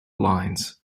lines